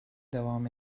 devam